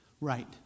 Right